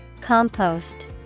Compost